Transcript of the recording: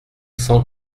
cent